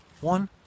one